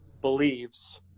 believes –